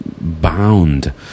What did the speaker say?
bound